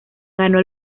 ganó